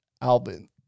Albin